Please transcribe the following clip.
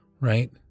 right